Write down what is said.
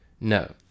No